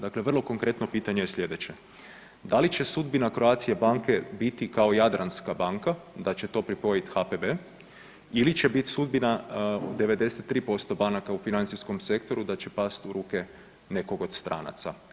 Dakle, vrlo konkretno pitanje je sljedeće, da li će sudbina Croatia banke biti kao Jadranska banka da će to pripojiti HPB ili će biti sudbina u 93% banaka u financijskom sektoru da će past u ruke nekog od stranaca?